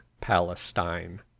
palestine